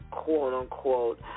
quote-unquote